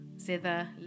zither